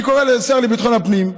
אני קורא לשר לביטחון הפנים,